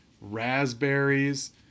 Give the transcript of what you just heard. raspberries